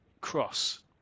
cross